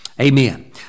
Amen